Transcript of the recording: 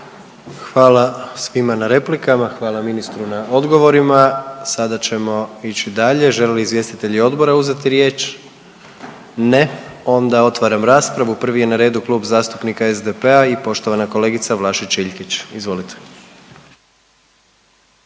Hvala svima na replikama. Hvala ministru na odgovorima. Sada ćemo ići dalje. Žele li izvjestitelji odbora uzeti riječ? Ne. Onda otvaram raspravu. Prvi je na redu Klub zastupnika SDP-a i poštovana kolegica Vlašić-Iljkić. Izvolite.